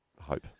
hope